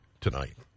tonight